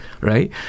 right